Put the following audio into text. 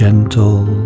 Gentle